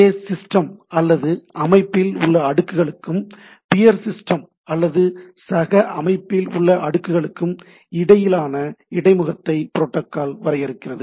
ஒரே சிஸ்டம் அல்லது அமைப்பில் உள்ள அடுக்குகளுக்கும் பியர் சிஸ்டம் அல்லது சக அமைப்பில் உள்ள அடுக்குகளுக்கும் இடையிலான இடைமுகத்தை புரோட்டோகால் வரையறுக்கிறது